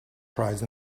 prize